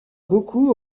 beaucoup